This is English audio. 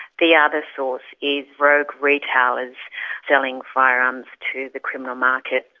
the other source is rogue retailers selling firearms to the criminal market.